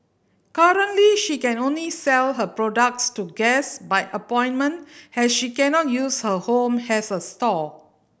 currently she can only sell her products to guests by appointment has she cannot use her home as a store